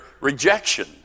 rejection